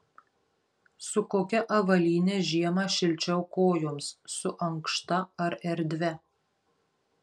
su kokia avalyne žiemą šilčiau kojoms su ankšta ar erdvia